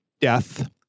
death